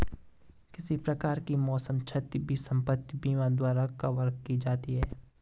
किसी प्रकार की मौसम क्षति भी संपत्ति बीमा द्वारा कवर की जाती है